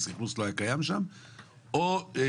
תודה רבה